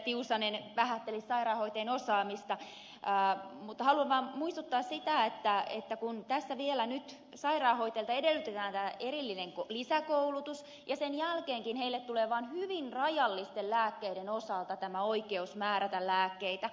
tiusanen vähättelisi sairaanhoitajien osaamista mutta haluan vaan muistuttaa siitä että tässä vielä nyt sairaanhoitajalta edellytetään erillistä lisäkoulutusta ja sen jälkeenkin heille tulee vain hyvin rajallisesti lääkkeiden osalta tämä oikeus määrätä lääkkeitä